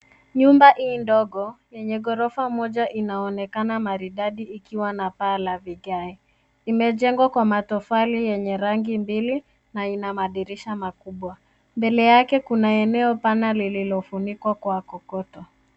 Nyumba hii ndogo yenye ghorofa moja inaonekana maridadi ikiwa na paa la vigae. Imejengwa kwa matofali yenye rangi mbili na ina madirisha makubwa. Mbele yake kuna eneo pana lililo funikwa kwa kokoto.